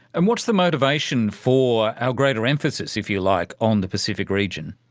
and what's the motivation for our greater emphasis, if you like, on the pacific region?